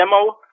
demo